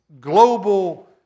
global